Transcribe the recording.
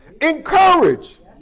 Encourage